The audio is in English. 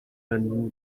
london